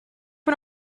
one